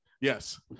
Yes